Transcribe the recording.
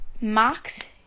Max